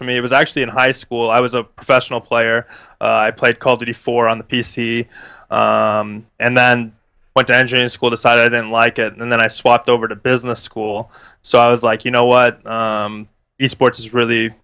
for me it was actually in high school i was a professional player i played called for on the p c and then went to engine school decide i don't like it and then i swapped over to business school so i was like you know what sports is really